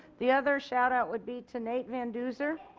the other shout out would be to nate van duzer,